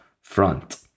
front